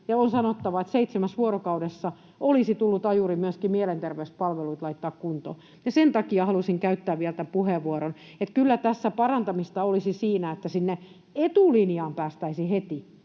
on sanottava, että seitsemästä vuorokaudesta olisi tullut ajuri laittaa myöskin mielenterveyspalvelut kuntoon, ja sen takia halusin käyttää vielä puheenvuoron. Kyllä tässä parantamista olisi siinä, että sinne etulinjaan päästäisiin heti